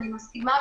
אני מסכימה,